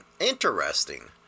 Interesting